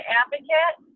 advocate